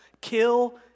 Kill